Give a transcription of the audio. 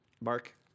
Mark